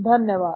धन्यवाद